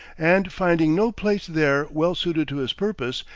and finding no place there well suited to his purpose,